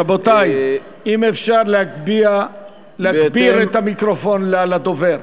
רבותי, אם אפשר להגביר את המיקרופון לדובר.